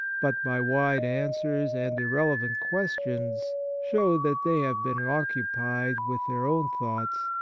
but by wide answers and irrelevant questions show that they have been occupied with their own thoughts,